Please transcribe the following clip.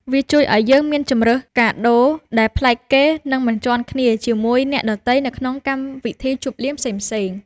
វាជួយឱ្យយើងមានជម្រើសកាដូដែលប្លែកគេ និងមិនជាន់គ្នាជាមួយអ្នកដទៃនៅក្នុងកម្មវិធីជប់លៀងផ្សេងៗ។